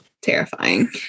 terrifying